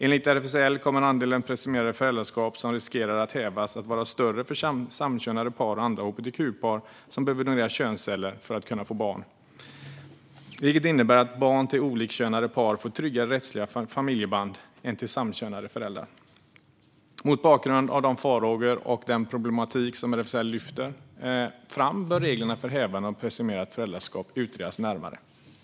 Enligt RFSL kommer andelen presumerade föräldraskap som riskerar att hävas att vara större för samkönade par och andra hbtq-par som behöver donerade könsceller för att kunna få barn, vilket innebär att barn till olikkönade par får tryggare rättsliga familjeband än barn till samkönade föräldrar. Mot bakgrund av de farhågor och den problematik som RFSL lyfter fram bör reglerna för hävande av ett presumerat föräldraskap utredas närmare.